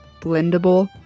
blendable